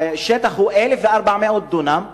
השטח הוא 1,400 דונם,